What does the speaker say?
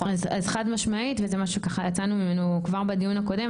אז חד משמעית וזה מה שככה יצאנו ממנו כבר בדיון הקודם,